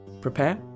prepare